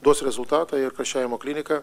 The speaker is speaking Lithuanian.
duos rezultatą ir karščiavimo klinika